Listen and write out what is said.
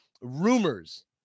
rumors